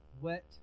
wet